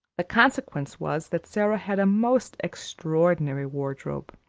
the consequence was that sara had a most extraordinary wardrobe.